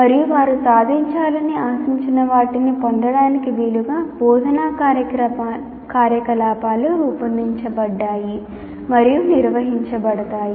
మరియు వారు సాధించాలని ఆశించిన వాటిని పొందటానికి వీలుగా బోధనా కార్యకలాపాలు రూపొందించబడ్డాయి మరియు నిర్వహించబడతాయి